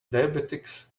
diabetics